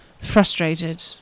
frustrated